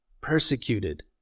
persecuted